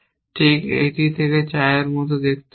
ঠিক এটি একটি T এর তো দেখতে হবে